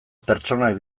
pertsonak